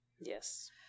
Yes